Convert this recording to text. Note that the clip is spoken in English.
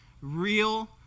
real